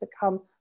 become